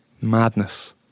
madness